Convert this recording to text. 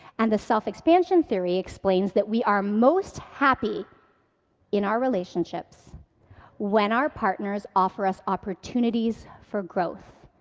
and the self-expansion theory explains that we are most happy in our relationships when our partners offer us opportunities for growth.